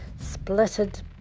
splitted